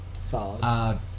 Solid